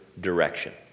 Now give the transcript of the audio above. direction